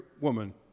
woman